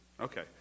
Okay